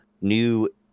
new